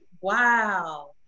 wow